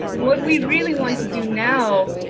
and what we really want to do now,